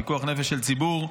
פיקוח נפש של ציבור,